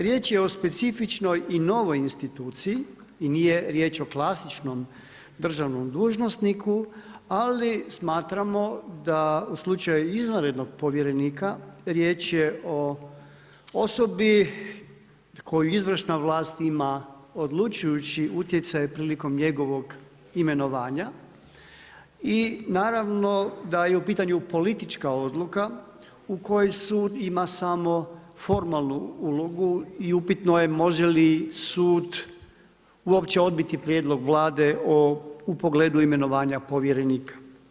Riječ je o specifičnoj i novoj instituciji i nije riječ o klasičnom državnom dužnosniku, ali smatramo da u slučaju izvanrednog povjerenika, riječ je o osobi koju izvršna vlast ima odlučujući utjecaj prilikom njegovog imenovanja i naravno da je u pitanju politička odluka u koji sud ima samo formalnu ulogu i upitno je može li sud uopće odbiti prijedlog Vlade u pogledu imenovanja povjerenika.